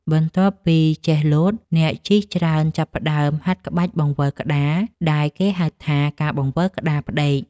បន្ទាប់ពីចេះលោត អ្នកជិះច្រើនចាប់ផ្ដើមហាត់ក្បាច់បង្វិលក្ដារដែលគេហៅថា ការបង្វិលក្ដារផ្ដេក។